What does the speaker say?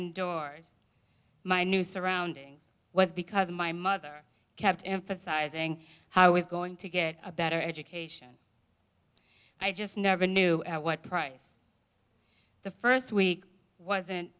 endured my new surroundings was because my mother kept emphasizing how i was going to get a better education i just never knew at what price the first week wasn't